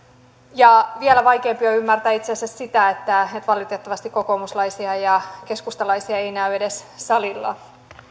ja vielä vaikeampi on ymmärtää itse asiassa sitä että valitettavasti kokoomuslaisia ja keskustalaisia ei näy edes salissa